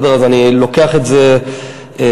אז אני לוקח את זה ברצינות.